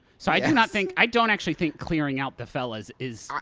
so i do not think i don't actually think clearing out the fellas is.